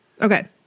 Okay